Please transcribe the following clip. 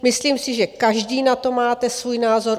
Myslím si, že každý na to máte svůj názor.